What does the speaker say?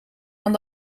aan